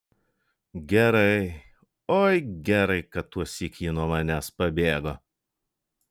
gerai oi gerai kad tuosyk ji nuo manęs pabėgo